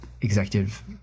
executive